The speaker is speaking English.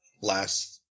last